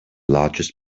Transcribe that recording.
largest